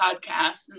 podcast